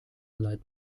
light